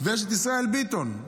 ויש את ישראל ביטון.